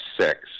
six